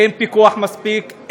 אין פיקוח מספיק,